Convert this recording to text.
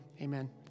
Amen